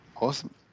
Awesome